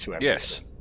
Yes